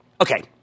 Okay